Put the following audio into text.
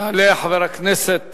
יעלה חבר הכנסת